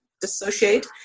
dissociate